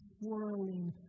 swirling